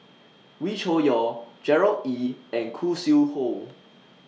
Wee Cho Yaw Gerard Ee and Khoo Sui Hoe